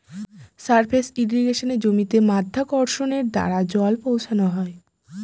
surface ইর্রিগেশনে জমিতে মাধ্যাকর্ষণের দ্বারা জল পৌঁছানো হয়